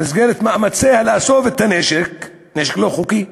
במסגרת מאמציה לאסוף את הנשק, הנשק הלא-חוקי.